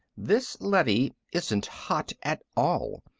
this leady isn't hot at all.